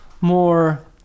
more